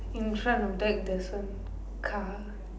in front of that there's a car